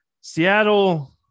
Seattle